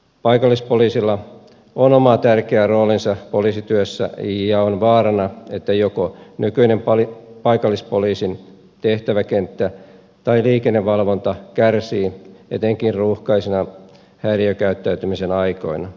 paikallispoliisilla on oma tärkeä roolinsa poliisityössä ja on vaarana että joko nykyinen paikallispoliisin tehtäväkenttä tai liikennevalvonta kärsii etenkin ruuhkaisina häiriökäyttäytymisen aikoina